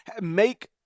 make